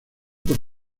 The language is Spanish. por